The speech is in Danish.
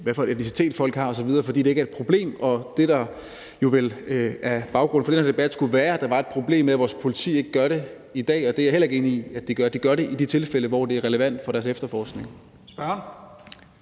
er for en etnicitet, folk har, osv., fordi det ikke er et problem. Det, der vel er baggrunden for den her debat, er, at der skulle være et problem med, at vores politi ikke gør det i dag, og det er jeg heller ikke enig i, for politiet gør det i de tilfælde, hvor det er relevant for efterforskningen.